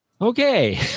okay